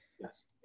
yes